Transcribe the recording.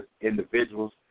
individuals